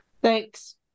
Thanks